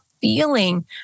feeling